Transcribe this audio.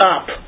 up